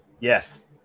yes